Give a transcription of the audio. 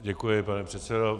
Děkuji, pane předsedo.